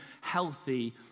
healthy